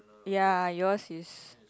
ya your is